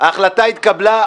ההצעה נתקבלה.